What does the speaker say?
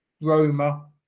Roma